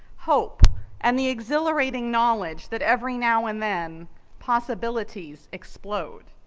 hope and the exhilarating knowledge that every now and then possibilities explode.